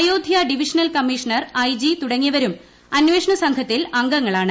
Ayodhya divisional commissioner I G തുടങ്ങിയവരും അന്വേഷണ സംഘത്തിൽ അംഗങ്ങളാണ്